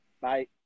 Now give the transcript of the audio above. Bye